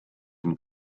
and